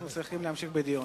אנחנו צריכים להמשיך בדיון.